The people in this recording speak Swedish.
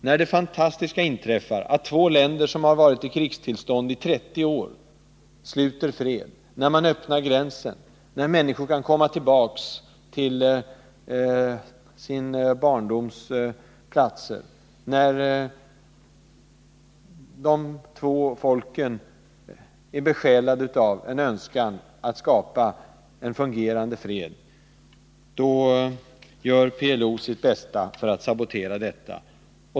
När det fantastiska inträffar att två länder som varit i krigstillstånd i 30 år sluter fred och öppnar gränsen, när människor kan komma tillbaks till sin barndoms platser och när de två folken är besjälade av önskan att skapa en fungerande fred, gör PLO sitt bästa för att sabotera freden.